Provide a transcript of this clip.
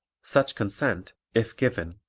such consent, if given,